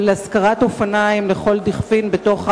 של השכרת אופניים לכל דכפין בתוך הערים,